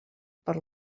per